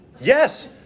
Yes